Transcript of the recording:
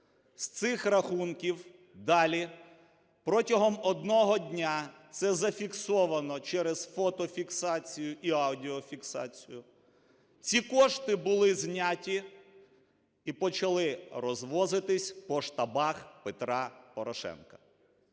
З цих рахунків далі, протягом одного дня - це зафіксовано через фото-фіксацію і аудіо-фіксацію, - ці кошти були зняті і почали розвозитися по штабах Петра Порошенка.